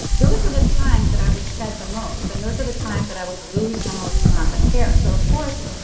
those were the times that i would shed the most. and those are the times that i would lose the most amounts of hair. so of course,